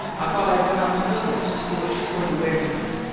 i thought i'd run out to mildred's to see what she's going to wear to-night,